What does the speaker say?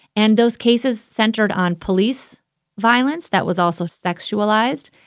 and those cases centered on police violence that was also sexualized,